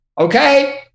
okay